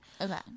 Okay